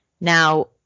Now